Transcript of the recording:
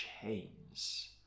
chains